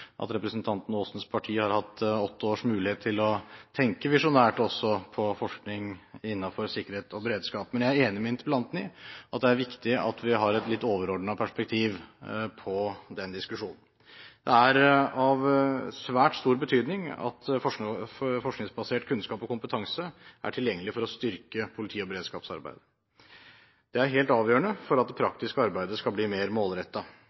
at representanten Aasens parti har hatt åtte års mulighet til å tenke visjonært, også på forskning innenfor sikkerhet og beredskap. Men jeg er enig med interpellanten i at det er viktig at vi har et litt overordnet perspektiv på den diskusjonen. Det er av svært stor betydning at forskningsbasert kunnskap og kompetanse er tilgjengelig for å styrke politi- og beredskapsarbeidet. Det er helt avgjørende for at det praktiske arbeidet skal bli mer